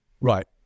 Right